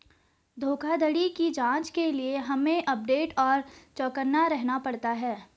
धोखाधड़ी की जांच के लिए हमे अपडेट और चौकन्ना रहना पड़ता है